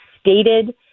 stated